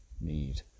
need